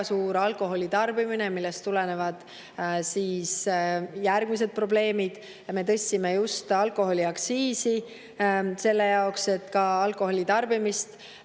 suur alkoholi tarbimine, millest tulenevad järgmised probleemid. Me tõstsime just alkoholiaktsiisi selle jaoks, et alkoholi tarbimist